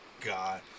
God